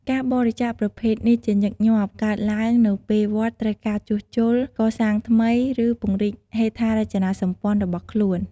ការបរិច្ចាគប្រភេទនេះជាញឹកញាប់កើតឡើងនៅពេលវត្តត្រូវការជួសជុល កសាងថ្មី ឬពង្រីកហេដ្ឋារចនាសម្ព័ន្ធរបស់ខ្លួន។